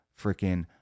freaking